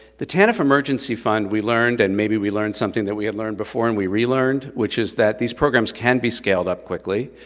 the tanf emergency fund, we learned, and maybe we learned something that we had learned before and we relearned, which is that these programs can be scaled up quickly.